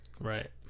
Right